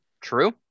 true